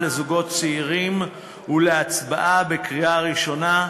לזוגות צעירים להצבעה בקריאה ראשונה,